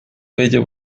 bello